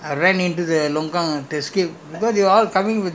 ah that [one] is a one time uh long time ah